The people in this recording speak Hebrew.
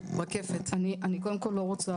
אני קודם כל לא רוצה,